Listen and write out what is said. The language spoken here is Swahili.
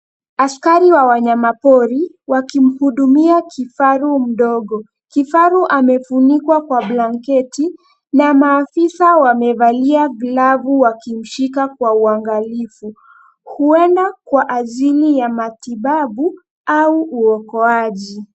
Askari wa wanyama pori wakimhudumia kifaru mdogo. Kifaru amefunikwa kwa blanketi na maafisa wamevalia glavu wakimshika kwa uangalifu huenda kwa ajili ya matibabu au uokoaji.